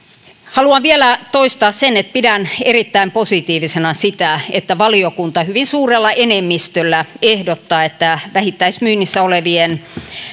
haluan vielä toistaa sen että pidän erittäin positiivisena sitä että valiokunta hyvin suurella enemmistöllä ehdottaa että vähittäismyynnissä olevien